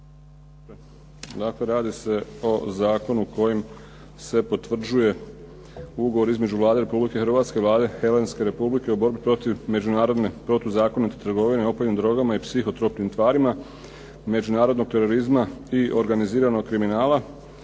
prijedlog Zakona o potvrđivanju ugovora između Vlade Republike Hrvatske i Vlade Helenske Republike o borbi protiv međunarodne protuzakonite trgovine opojnim drogama i psihotropnim tvarima međunarodnog terorizma i organiziranog kriminala.